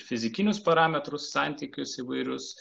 fizikinius parametrus santykius įvairius